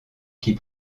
qui